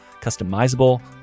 customizable